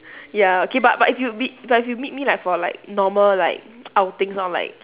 ya okay but but if you meet but if you meet me like for like normal like outings or like